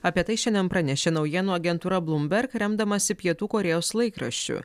apie tai šiandien pranešė naujienų agentūra blumberg remdamasi pietų korėjos laikraščiu